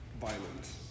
violence